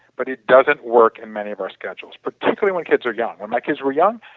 but it doesn't work in many of our schedules. particularly when kids are young, when my kids were young,